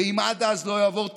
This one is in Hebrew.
ואם עד אז לא יעבור תקציב,